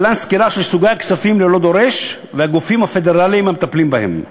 להלן סקירה של סוגי הכספים ללא דורש והגופים הפדרליים המטפלים בהם: